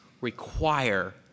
require